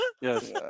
yes